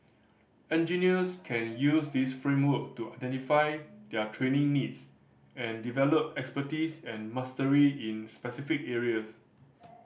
engineers can use this framework to identify their training needs and develop expertise and mastery in specific areas